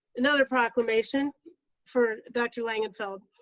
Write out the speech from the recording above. another proclamation for dr. langenfeld.